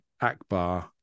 Akbar